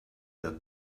that